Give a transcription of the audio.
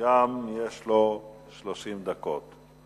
וגם לו יש 30 דקות.